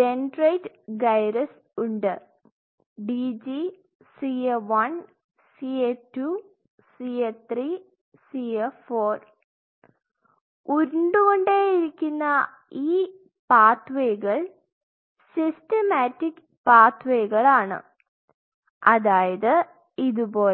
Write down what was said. dentate gyrus ഉണ്ട് dg CA 1 CA 2 CA 3 CA 4 ഉരുണ്ടകൊണ്ടേയിരിക്കുന്ന ഈ പാത്വേക്കൾ സിസ്റ്റമാറ്റിക് പാത്വേകളാണ് അതായത് ഇതുപോലെ